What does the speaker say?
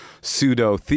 pseudo